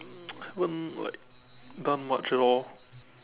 um haven't like done much at all